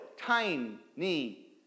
tiny